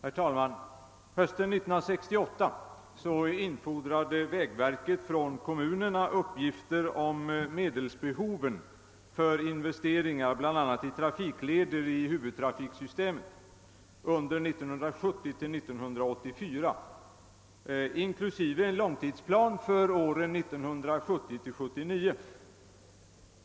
Herr talman! Hösten 1968 infordrade vägverket från kommunerna uppgifter om medelsbehoven för investering i bl.a. trafikleder i huvudtrafiksystemet 1970—1984, inklusive en långtidsplan för åren 1970—1979.